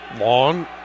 Long